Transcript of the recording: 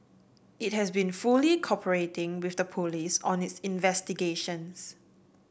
it has been fully cooperating with the police on its investigations